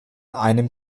einem